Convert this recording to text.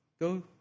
go